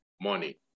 money